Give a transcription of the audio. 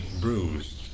bruised